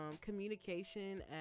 communication